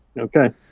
okay.